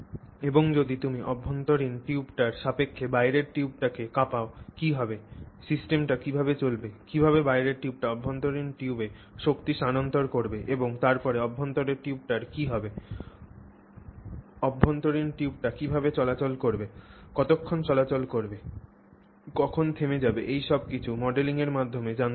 এবং যদি তুমি অভ্যন্তরীণ টিউবটির সাপেক্ষে বাইরের টিউবটিকে কাঁপাও কী হবে সিস্টেমটি কীভাবে চলবে কীভাবে বাইরের টিউবটি অভ্যন্তরীণ টিউবে শক্তি স্থানান্তর করবে এবং তারপরে অভ্যন্তরের টিউবটির কী হবে অভ্যন্তরীণ টিউবটি কীভাবে চলাচল করবে কতক্ষণ চলাচল করবে কখন থেমে যাবে এই সব কিছু মডেলিংয়ের মাধ্যমে জানতে পারবে